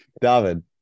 David